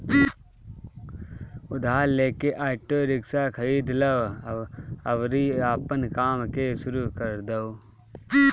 उधार लेके auto rickshaw खरीद लअ अउरी आपन काम के शुरू कर दअ